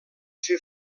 fer